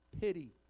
pity